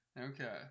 okay